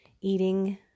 eating